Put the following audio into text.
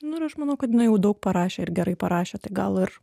nu ir aš manau kad jinai jau daug parašė ir gerai parašė tai gal ir